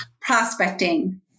prospecting